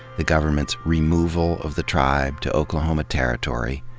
the government's removal of the tribe to oklahoma territory,